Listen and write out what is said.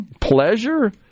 pleasure